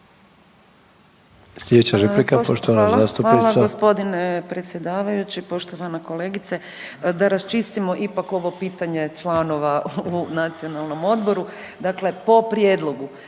Hvala g. predsjedavajući, poštovana kolegice. Da raščistimo ipak ovo pitanje članova u Nacionalnom odboru. Dakle, po prijedlogu